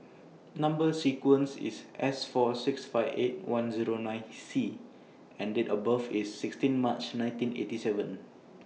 Number sequence IS S four six five eight one Zero nine C and Date of birth IS sixteen March nineteen eighty seven